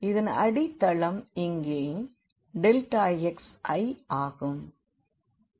இதன் அடித்தளம் இங்கே xi ஆகும்